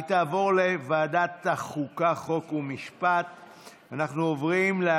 התשפ"ב 2021, לוועדת החוקה, חוק ומשפט נתקבלה.